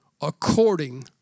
according